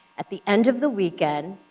at the end of the weekend,